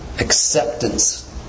acceptance